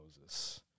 Moses